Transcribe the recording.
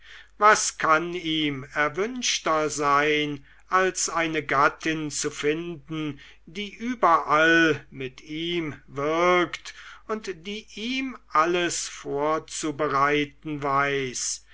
was kann ihm erwünschter sein als eine gattin zu finden die überall mit ihm wirkt und die ihm alles vorzubereiten weiß